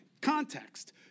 Context